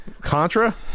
contra